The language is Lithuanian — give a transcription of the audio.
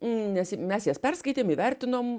nes mes jas perskaitėm įvertinom